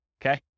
Okay